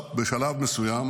טוב, בשלב מסוים